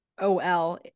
OL